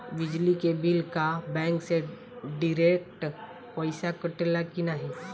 बिजली के बिल का बैंक से डिरेक्ट पइसा कटेला की नाहीं?